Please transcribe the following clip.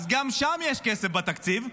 אז גם שם יש כסף בתקציב,